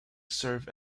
serve